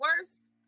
worse